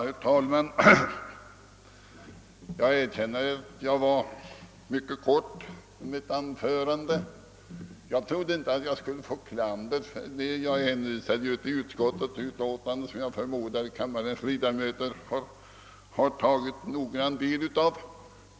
Herr talman! Jag erkänner att mitt anförande var mycket kort, men jag trodde inte att jag skulle få klander för att jag bara hänvisade till utskottsutlåtandet, som jag förmodar att kammarens ledamöter tagit noggrann del av.